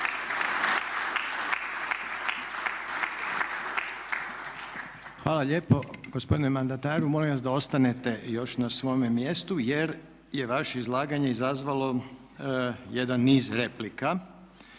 Hvala lijepo gospodine mandataru. Molim vas da ostanete još na svome mjestu jer je vaše izlaganje izazvalo jedan niz replika.